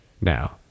now